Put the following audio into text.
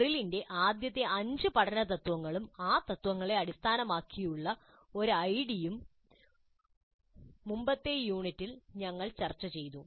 മെറിലിന്റെ ആദ്യത്തെ അഞ്ച് പഠന തത്ത്വങ്ങളും ആ തത്ത്വങ്ങളെ അടിസ്ഥാനമാക്കിയുള്ള ഒരു ഐഡിയും മുമ്പത്തെ യൂണിറ്റിൽ ഞങ്ങൾ ചർച്ചചെയ്തു